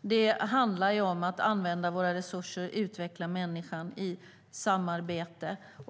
Det handlar om att använda våra resurser och utveckla människan i samarbete.